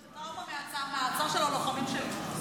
זו טראומה מהמעצר של הלוחמים שלנו,